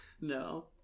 No